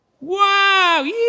Wow